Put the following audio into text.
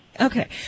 Okay